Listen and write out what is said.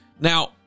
Now